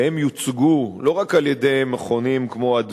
והם יוצגו לא רק על-ידי מכונים כמו "מרכז